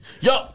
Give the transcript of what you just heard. Yo-